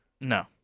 No